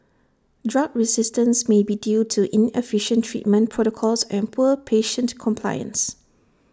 drug resistance may be due to inefficient treatment protocols and poor patient compliance